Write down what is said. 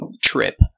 trip